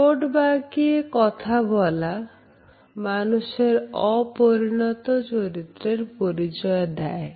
ঠোঁট বাঁকিয়ে কথা বলা মানুষের অপরিণত চরিত্রের পরিচয় দেয়